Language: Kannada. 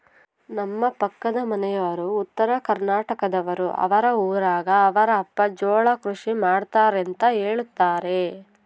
ನಮ್ಮ ಪಕ್ಕದ ಮನೆಯವರು ಉತ್ತರಕರ್ನಾಟಕದವರು, ಅವರ ಊರಗ ಅವರ ಅಪ್ಪ ಜೋಳ ಕೃಷಿ ಮಾಡ್ತಾರೆಂತ ಹೇಳುತ್ತಾರೆ